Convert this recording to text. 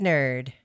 Nerd